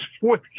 fourth